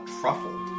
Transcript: truffle